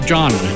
John